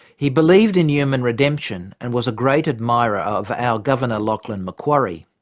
he believed in human redemption and was a great admirer of our governor lachlan macquarie.